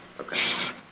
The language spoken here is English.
okay